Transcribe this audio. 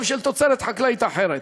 גם של תוצרת חקלאית אחרת.